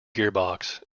gearbox